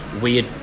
weird